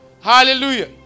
Hallelujah